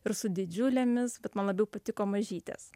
ir su didžiulėmis bet man labiau patiko mažytės